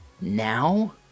Now